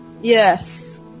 yes